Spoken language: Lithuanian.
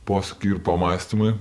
posūkiai ir pamąstymai